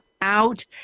out